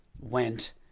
went